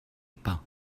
pas